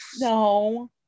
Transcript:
No